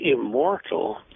immortal